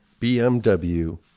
BMW